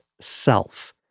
self